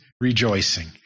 Rejoicing